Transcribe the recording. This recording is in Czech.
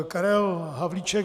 Karel Havlíček